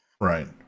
Right